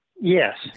Yes